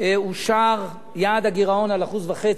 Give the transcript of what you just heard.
אושר יעד הגירעון של 1.5%,